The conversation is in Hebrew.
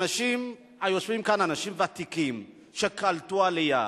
האנשים היושבים כאן, אנשים ותיקים שקלטו עלייה,